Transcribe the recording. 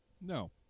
No